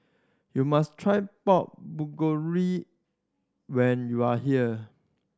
you must try Pork when you are here